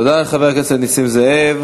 תודה לחבר הכנסת נסים זאב.